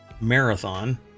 Marathon